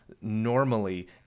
normally